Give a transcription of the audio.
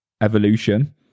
evolution